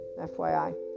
fyi